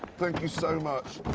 thank you, so much.